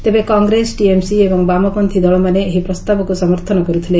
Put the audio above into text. ତେବେ କଂଗ୍ରେସ ଟିଏମ୍ସି ଏବଂ ବାମପନ୍ଥୀ ଦଳମାନେ ଏହି ପ୍ରସ୍ତାବକୁ ସମର୍ଥନ କରୁଥିଲେ